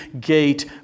gate